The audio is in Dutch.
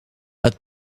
het